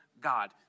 God